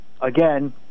again